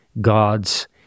gods